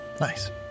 Nice